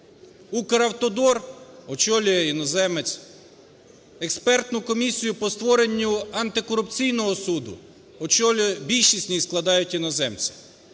"Укравтодор" очолює іноземець, експертну комісію по створенню антикорупційного суду очолює… більшість складають іноземців.